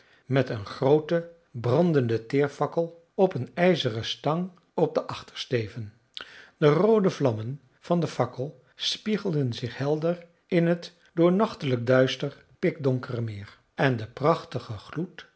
met een groote brandende teerfakkel op een ijzeren stang op den achtersteven de roode vlammen van de fakkel spiegelden zich helder in het door nachtelijk duister pikdonkere meer en de prachtige gloed